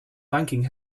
banking